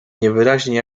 niewyraźnie